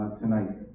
tonight